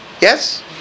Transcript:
yes